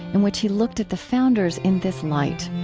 in which he looked at the founders in this light